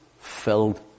filled